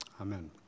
Amen